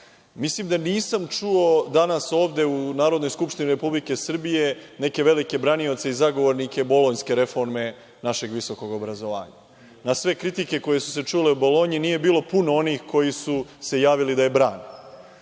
da nisam čuo danas ovde u Narodnoj skupštini Republike Srbije neke velike branioce i zagovornike Bolonjske reforme našeg visokog obrazovanja. Na sve kritike koje su se čule o Bolonji nije bilo puno onih koji su se javili da je brane.